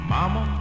Mama